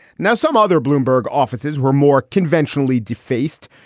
now, some other bloomberg offices were more conventionally defaced,